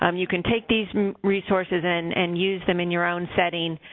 um you can take these resources in and use them in your own setting.